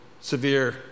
severe